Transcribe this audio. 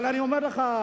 אבל אני אומר לך,